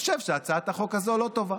חושב שהצעת החוק הזאת לא טובה.